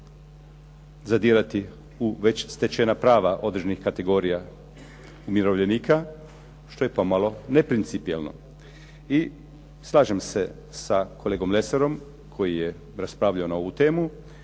zadirati u već stečena prava određenih kategorija umirovljenika, što je pomalo neprincipijelno. I slažem se sa kolegom Lesarom koji je raspravljao na ovu temu